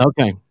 Okay